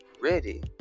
ready